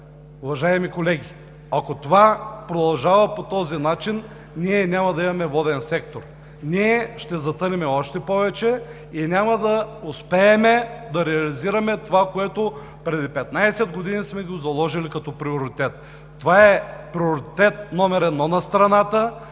уважаеми колеги, ако това продължава по този начин, ние няма да имаме воден сектор, ние ще затънем още повече и няма да успеем да реализираме това, което преди 15 години сме го заложили като приоритет. Това е приоритет № 1 на страната,